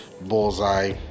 Bullseye